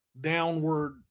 downward